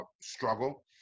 struggle